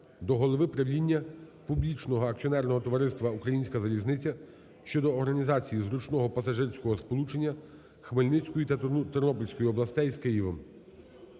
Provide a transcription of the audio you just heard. до голови правління публічного акціонерного товариства "Українська залізниця" щодо організації зручного пасажирського сполучення Хмельницької та Тернопільської областей з Києвом.